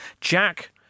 Jack